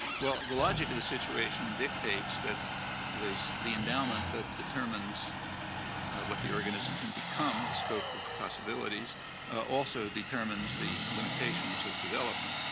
well, the logic of the situation dictates that the endowment that determines what the organism can become, the scope of possibilities also determines the limitations of development.